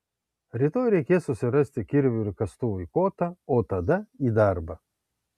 rytoj reikės susirasti kirviui ir kastuvui kotą o tada į darbą